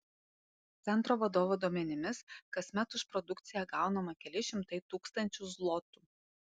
centro vadovo duomenimis kasmet už produkciją gaunama keli šimtai tūkstančių zlotų